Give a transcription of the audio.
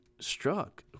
struck